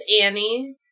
Annie